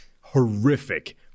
horrific